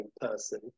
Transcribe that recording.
person